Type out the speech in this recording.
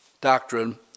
doctrine